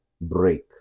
break